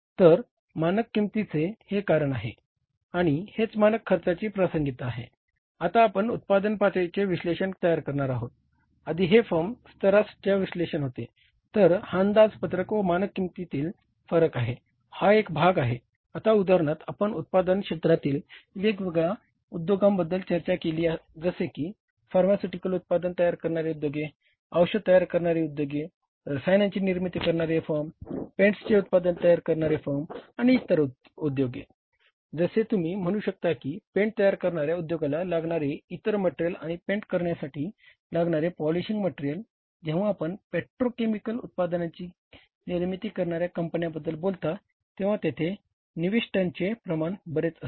तर मानक किंमतिचे प्रमाण बरेच असते